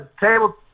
table